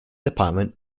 department